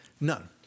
None